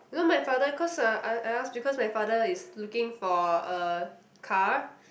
you know my father cause I I I ask because my father is looking for a car